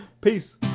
Peace